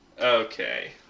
okay